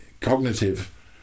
cognitive